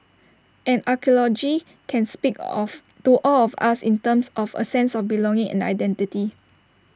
and archaeology can speak of to all of us in terms of A sense of belonging and identity